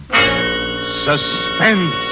Suspense